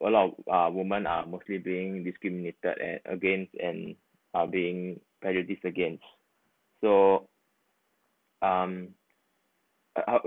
a lot of uh women are mostly being discriminated and against and are being prejudiced against so um uh